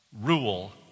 rule